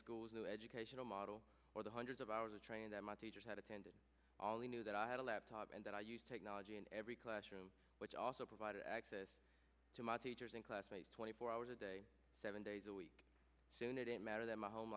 school's new educational model or the hundreds of hours of training that my teachers had attended all they knew that i had a laptop and that i use technology in every classroom which also provided access to my teachers and classmates twenty four hours a day seven days a week soon it didn't matter that my home